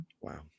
Wow